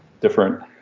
different